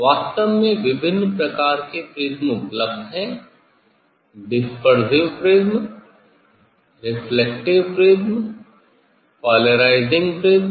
वास्तव में विभिन्न प्रकार के प्रिज्म उपलब्ध हैं dispersive prism reflective prism polarising prism